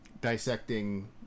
dissecting